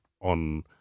on